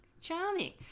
charming